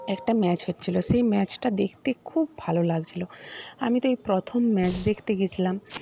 একটা ম্যাচ হচ্ছিলো সেই ম্যাচটা দেখতে খুব ভালো লাগছিলো আমি তাই প্রথম ম্যাচ দেখতে গেছিলাম